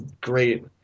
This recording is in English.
great